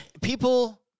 people